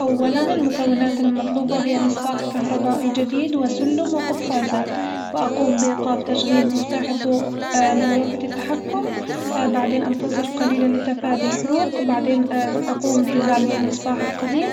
أولًا المكونات المطلوبة هي مصباح كهربائي جديد وسلم وقفازات وأقوم بإيقاف تشغيل مفتاح الضوء من لوحة التحكم، بعدين أنتظر قليلًا لتفادي الحروق بعدين ا- اقوم بإزالة المصباح القديم